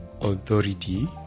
authority